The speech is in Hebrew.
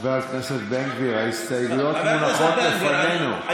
חבר הכנסת בן גביר, ההסתייגויות מונחות בפנינו.